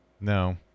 No